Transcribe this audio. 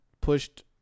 pushed